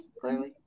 clearly